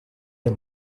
les